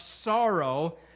sorrow